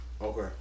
Okay